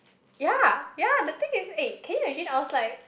ya ya the thing is eh can you imagine I was like